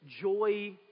joy